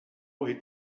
wait